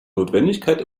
notwendigkeit